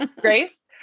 Grace